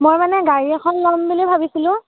মই মানে গাড়ী এখন ল'ম বুলি ভাবিছিলোঁ